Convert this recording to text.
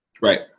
Right